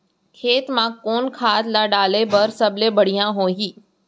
खेत म कोन खाद ला डाले बर सबले बढ़िया होही?